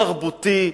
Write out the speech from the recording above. תרבותי,